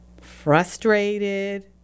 frustrated